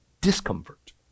discomfort